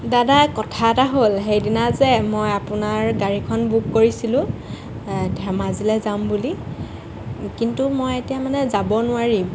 দাদা কথা এটা হ'ল সেইদিনা যে মই আপোনাৰ গাড়ীখন বুক কৰিছিলোঁ ধেমাজিলৈ যাম বুলি কিন্তু মই এতিয়া মানে যাব নোৱাৰিম